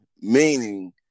meaning